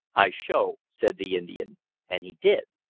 i show, said the indian and he did.